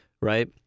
right